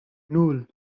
nul